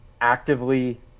actively